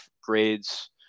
grades